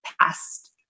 Past